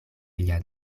lia